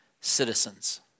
Citizens